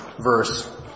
verse